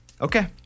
Okay